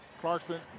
Clarkson